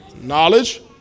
Knowledge